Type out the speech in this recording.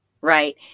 right